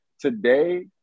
today